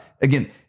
again